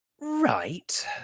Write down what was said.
Right